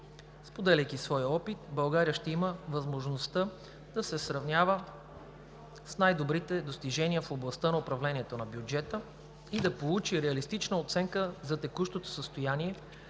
Споделяйки своя опит, България ще има възможността да се сравнява с най-добрите достижения в областта на управлението на бюджета и да получи реалистична оценка за текущото състояние